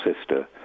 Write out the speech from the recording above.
sister